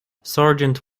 sergeant